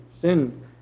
sin